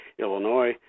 Illinois